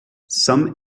some